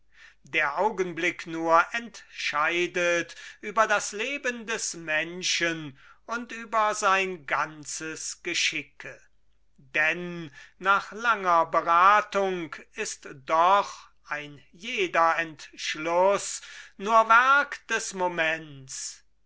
der augenblick nur entscheidet über das leben des menschen und über sein ganzes geschicke denn nach langer beratung ist doch ein jeder entschluß nur werk des moments